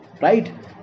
Right